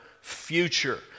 future